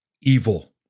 evil